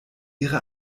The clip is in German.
ihre